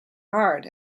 hard